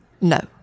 No